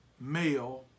male